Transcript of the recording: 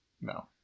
No